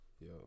Yo